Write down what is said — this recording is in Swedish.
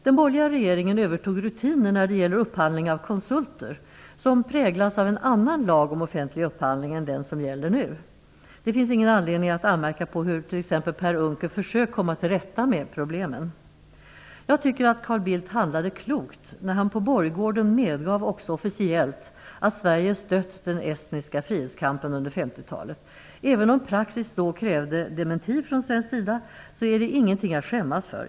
Den borgerliga regeringen övertog rutiner för upphandling av konsulter, rutiner som präglats av en annan lag om offentlig upphandling än den som gäller nu. Det finns ingen anledning att anmärka på hur t.ex. Per Unckel försökt komma till rätta med problemen. Jag tycker att Carl Bildt handlade klokt när han på borggården också officiellt medgav att Sverige stött den estniska frihetskampen under 50-talet. Även om praxis då krävde en dementi från svensk sida, är det ingenting att skämmas för.